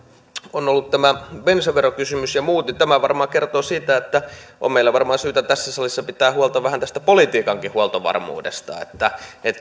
on ollut tämä bensaverokysymys ja muut niin tämä varmaan kertoo siitä että on meillä syytä tässä salissa pitää huolta vähän tästä politiikankin huoltovarmuudesta kyllä se